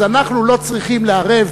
אז אנחנו לא צריכים לערב